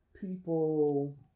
people